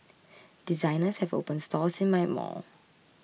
designers have opened stores in my mall